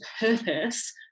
purpose